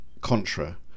contra